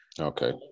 Okay